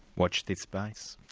watch this space.